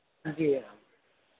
جی